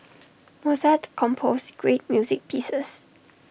Mozart composed great music pieces